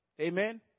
Amen